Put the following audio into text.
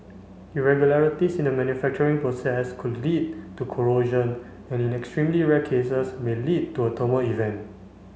irregularities in the manufacturing process could lead to corrosion and in extremely rare cases may lead to a thermal event